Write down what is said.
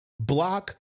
Block